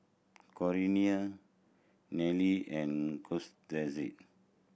Corina Nelly and Cortez